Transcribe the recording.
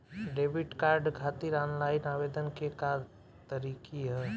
Debit card खातिर online आवेदन के का तरीकि ह?